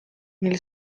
mil